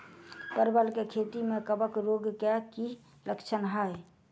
परवल केँ खेती मे कवक रोग केँ की लक्षण हाय?